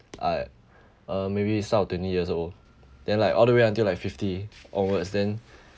I uh maybe start of twenty years old then like all the way until like fifty onwards then